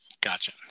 gotcha